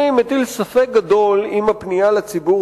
אני מטיל ספק גדול אם הפנייה לציבור